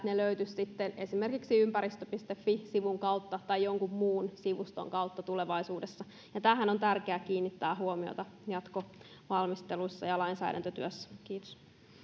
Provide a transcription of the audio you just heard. että ne löytyvät sitten esimerkiksi ymparisto fi sivun kautta tai jonkun muun sivuston kautta tulevaisuudessa ja tähän on tärkeätä kiinnittää huomiota jatkovalmisteluissa ja lainsäädäntötyössä kiitos